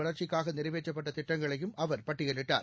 வளர்ச்சிக்காகநிறைவேற்றப்பட்டதிட்டங்களையும் அவர் அஸ்ஸாமின் பட்டியலிட்டார்